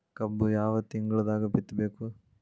ಕಬ್ಬು ಯಾವ ತಿಂಗಳದಾಗ ಬಿತ್ತಬೇಕು?